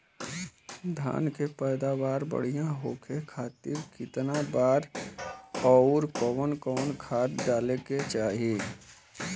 धान के पैदावार बढ़िया होखे खाती कितना बार अउर कवन कवन खाद डाले के चाही?